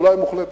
אולי מוחלטת,